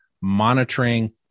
monitoring